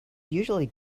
usually